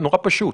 נורא פשוט.